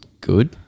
good